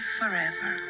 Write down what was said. forever